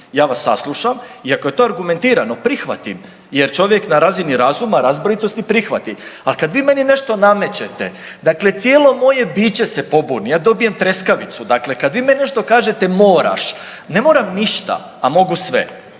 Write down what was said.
ja vas saslušam i ako je to argumentirano prihvatim jer čovjek na razini razuma i razboritosti prihvati, a kad vi meni nešto namećete, dakle cijelo moje biće se pobuni, ja dobijem treskavicu, dakle kad vi meni nešto kažete moraš, ne moram ništa, a mogu sve.